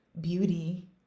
beauty